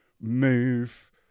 move